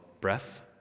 Breath